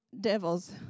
devils